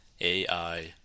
AI